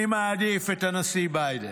אני מעדיף את הנשיא ביידן.